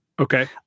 Okay